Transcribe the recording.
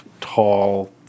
tall